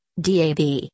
DAB